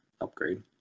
upgrade